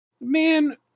man